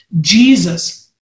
jesus